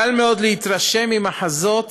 קל מאוד להתרשם ממחזות